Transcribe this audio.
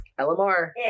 LMR